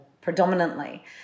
predominantly